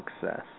success